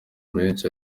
menshi